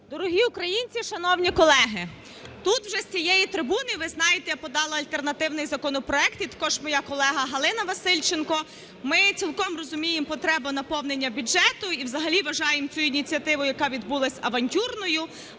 Дорогі українці, шановні колеги! Тут вже з цієї трибуни, ви знаєте, подала альтернативний законопроект також і моя колега Галина Васильченко. Ми цілком розуміємо потребу наповнення бюджету, і взагалі вважаємо цю ініціативу, яка відбулася, авантюрною.